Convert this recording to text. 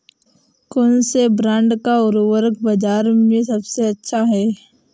कौनसे ब्रांड का उर्वरक बाज़ार में सबसे अच्छा हैं?